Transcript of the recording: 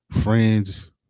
friends